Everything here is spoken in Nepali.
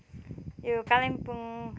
यो कालिम्पोङ